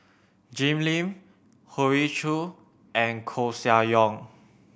Jim Lim Hoey Choo and Koeh Sia Yong